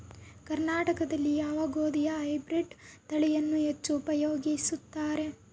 ಕರ್ನಾಟಕದಲ್ಲಿ ಯಾವ ಗೋಧಿಯ ಹೈಬ್ರಿಡ್ ತಳಿಯನ್ನು ಹೆಚ್ಚು ಉಪಯೋಗಿಸುತ್ತಾರೆ?